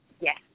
Yes